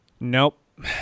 Nope